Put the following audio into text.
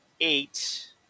eight